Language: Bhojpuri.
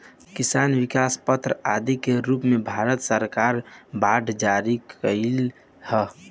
किसान विकास पत्र आदि के रूप में भारत सरकार बांड जारी कईलस ह